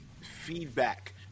feedback